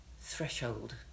threshold